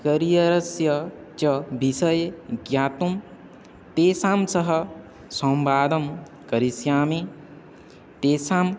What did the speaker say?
कार्यरस्य च विषये ज्ञातुं तेषां सह सम्वादं करिष्यामि तेषां